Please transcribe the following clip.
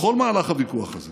בכל מהלך הוויכוח הזה